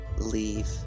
Leave